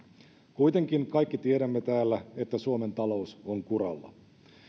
kuitenkin kaikki tiedämme täällä että suomen talous on kuralla